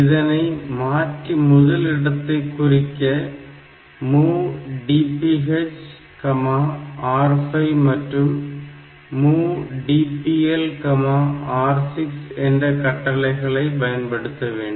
இதனை மாற்றி முதலிடத்தை குறிக்க MOV DPHR5 மற்றும் MOV DPLR6 என்ற கட்டளைகளை பயன்படுத்த வேண்டும்